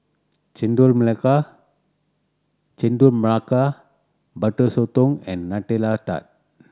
Chendol Melaka Chendol Melaka Butter Sotong and Nutella Tart